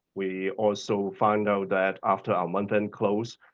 we also found out that after our month end close,